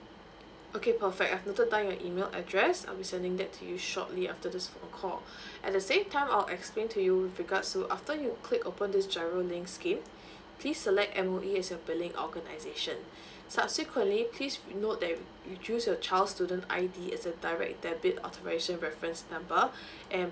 okay perfect I've noted down your email address I'll be sending that to you shortly after this phone call at the same time I'll explain to you with regards to after you click open this giro link scheme please select M_O_E as your billing organization subsequently please note that if you choose your child student I_D as a direct debit authorisation reference number and